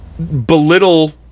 belittle